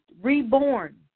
reborn